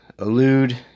Elude